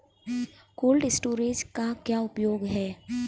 Cold storage का क्या उपयोग है?